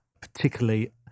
particularly